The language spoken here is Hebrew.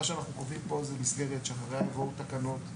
מה שאנחנו קובעים פה היא מסגרת שאחריה יבואו תקנות,